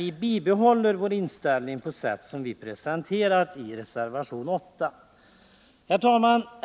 Vi bibehåller dock vår inställning på det sätt som vi har presenterat i reservation nr 8. Herr talman!